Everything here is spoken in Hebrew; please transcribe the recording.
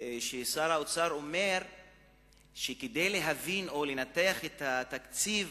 ששר האוצר אומר שכדי להבין או לנתח את התקציב,